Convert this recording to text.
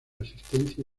asistencia